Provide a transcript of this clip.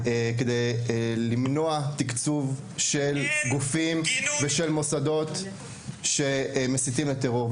כדי למנוע תקצוב של גופים ושל מוסדות שמסיתים לטרור.